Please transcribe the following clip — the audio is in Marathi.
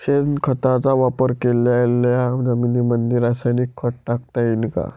शेणखताचा वापर केलेल्या जमीनीमंदी रासायनिक खत टाकता येईन का?